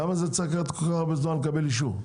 למה צריך כל כך הרבה זמן לקבל אישור?